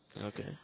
okay